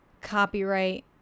Copyright